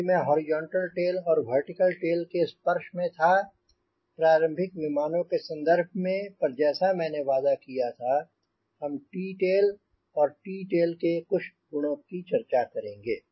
अभी मैं horizontal tail और वर्टिकल टेल के स्पर्श में था पारंपरिक विमानों के संदर्भ में पर जैसे मैंने वादा किया था हम T टेल और T टेल के कुछ गुणों की चर्चा करेंगे